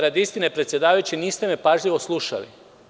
Radi istine, predsedavajući niste me pažljivo slušali.